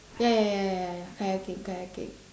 ya ya ya ya ya ya kayaking kayaking